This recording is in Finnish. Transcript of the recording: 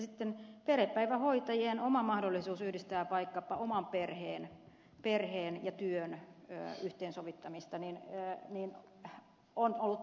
sitten perhepäivähoitajien oma mahdollisuus vaikkapa oman perheen ja työn yhteensovittamiseen on ollut takkuileva